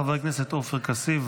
חבר הכנסת עופר כסיף,